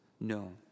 No